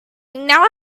now